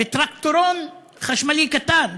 בטרקטורון חשמלי קטן,